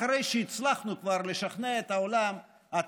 אחרי שכבר הצלחנו לשכנע את העולם עד